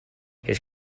his